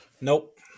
Nope